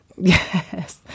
Yes